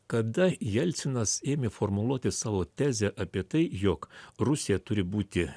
kada jelcinas ėmė formuluoti savo tezę apie tai jog rusija turi būti